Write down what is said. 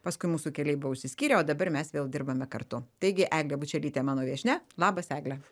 paskui mūsų keliai buvo išsiskyrę o dabar mes vėl dirbame kartu taigi eglė bučelytė mano viešnia labas egle